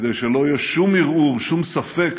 כדי שלא יהיה שום ערעור, שום ספק,